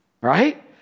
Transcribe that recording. Right